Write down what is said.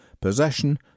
possession